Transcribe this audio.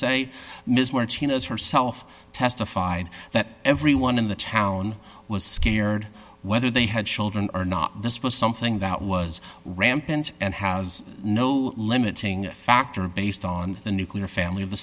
say ms word she knows herself testified that everyone in the town was scared whether they had children or not this was something that was rampant and has no limiting factor based on the nuclear family